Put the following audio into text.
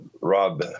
Rob